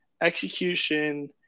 execution